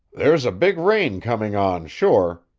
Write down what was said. there's a big rain coming on, sure,